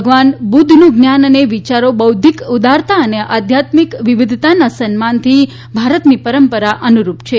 ભગવાન બુદ્ધનું જ્ઞાન અને વિચારો બૌદ્ધિક ઉદારતા અને આધ્યાત્મિક વિવિધતાના સન્માનની ભારતની પરંપરા અનુરૂપ છે